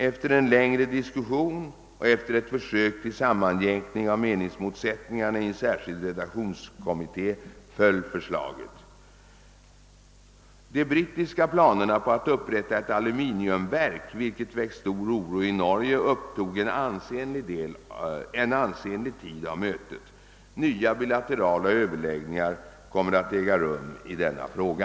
Efter en längre diskussion och efter ett försök till en sammanjämkning av meningsmotsättningarna i en särskild redaktionskommitté föll förslaget. De brittiska planerna på att upprätta ett aluminiumverk, vilket väckt stor oro i Norge, upptog en ansenlig tid av mötet. Nya bilaterala överläggningar kommer att äga rum i denna fråga.